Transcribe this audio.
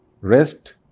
rest